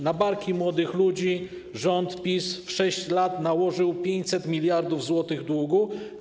Na barki młodych ludzi rząd PiS-u w 6 lat nałożył 500 mld zł długu.